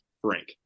Frank